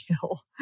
Kill